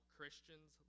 Christians